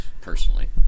personally